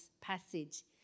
passage